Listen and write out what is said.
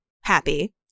happy